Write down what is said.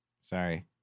Sorry